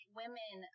women